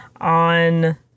On